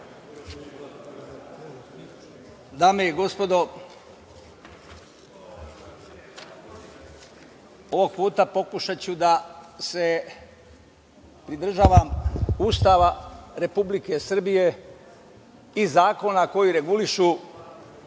Dame i gospodo, ovog puta pokušaću da se pridržavam Ustava Republike Srbije i zakona koji regulišu